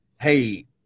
hey